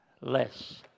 less